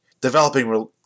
developing